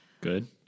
Good